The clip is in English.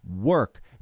work